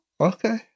Okay